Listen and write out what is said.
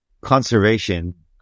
conservation